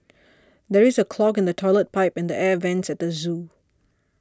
there is a clog in the Toilet Pipe and the Air Vents at the zoo